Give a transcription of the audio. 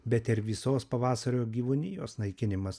bet ir visos pavasario gyvūnijos naikinimas